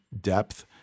depth